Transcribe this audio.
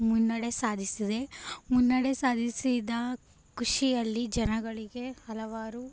ಮುನ್ನಡೆ ಸಾಧಿಸಿದೆ ಮುನ್ನಡೆ ಸಾಧಿಸಿದ ಖುಷಿಯಲ್ಲಿ ಜನಗಳಿಗೆ ಹಲವಾರು